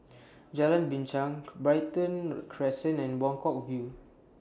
Jalan Binchang Brighton Crescent and Buangkok View